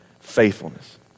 faithfulness